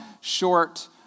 short